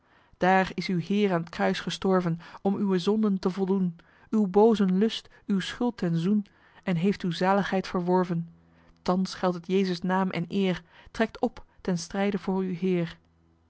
daar is uw heer aan t kruis gestorven om uwe zonden te voldoen uw boozen lust uw schuld ten zoen en heeft uw zaligheid verworven thans geldt het jezus naam en eer trekt op ten strijde voor uw heer